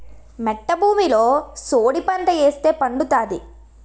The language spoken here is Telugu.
మెట్ట భూమిలో సోడిపంట ఏస్తే పండుతాది